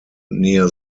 near